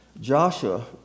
Joshua